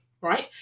Right